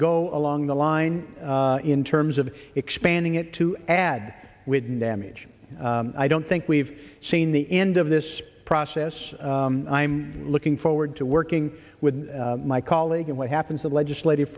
go along the line in terms of expanding it to add with damage i don't think we've seen the end of this process i'm looking forward to working with my colleague and what happens the legislative